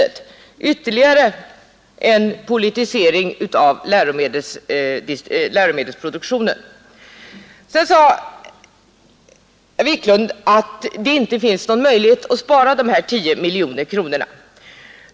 Det betyder alltså ytterligare politisering av läromedelsproduktionen. Herr Wiklund sade att det inte finns någon möjlighet att spara dessa 10 miljoner kronor.